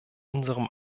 unserem